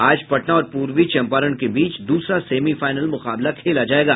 आज पटना और पूर्वी चंपारण के बीच दूसरा सेमीफाइनल मुकाबला खेला जायेगा